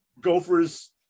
Gophers